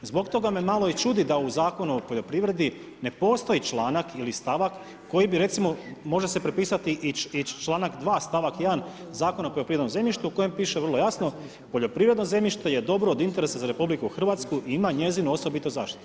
Zbog toga me malo i čudi da u zakonu o poljoprivredi ne postoji članak ili stavak koji bi recimo može se prepisati i članak 2. stavak 1. zakona o poljoprivrednom zemljištu koji piše vrlo jasno poljoprivredno zemljište je dobro od interesa za RH i ima njezin osobiti značaj.